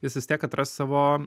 jis vis tiek atras savo